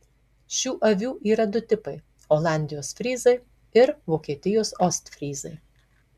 šių avių yra du tipai olandijos fryzai ir vokietijos ostfryzai